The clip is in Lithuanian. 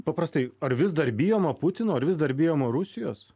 paprastai ar vis dar bijoma putino ar vis dar bijoma rusijos